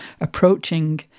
approaching